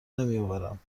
نمیآورم